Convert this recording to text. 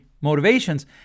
motivations